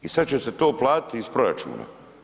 I sada će se to platiti iz proračuna.